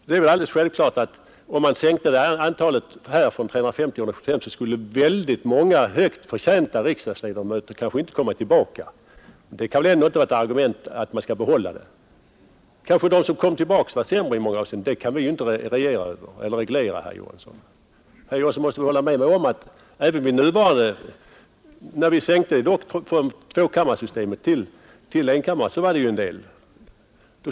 Det är självklart att om man sänkte antalet ledamöter från 350 till 175, så skulle många högt förtjänta riksdagsledamöter kanske inte komma tillbaka. Men det kan väl ändå inte vara ett argument för att behålla antalet. De som kommer tillbaka kanske är sämre i många avseenden, men det kan vi inte reglera, herr Johansson. När vi gick över från tvåkammarsystem till enkammarsystem var det en del som inte kom tillbaka.